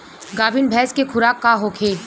गाभिन भैंस के खुराक का होखे?